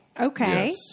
okay